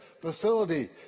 facility